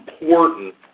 important